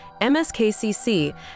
MSKCC